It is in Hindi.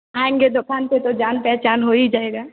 आएँगे दुकान पर तो जान पहचान हो ही जाएगा